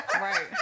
Right